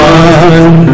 one